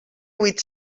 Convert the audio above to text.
huit